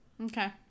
Okay